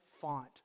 font